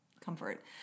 comfort